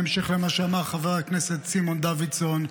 בהמשך למה שאמר חבר הכנסת סימון דוידסון,